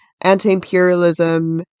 anti-imperialism